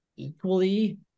equally